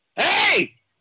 Hey